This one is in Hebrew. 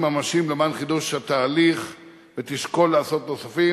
ממשיים למען חידוש התהליך ותשקול לעשות נוספים,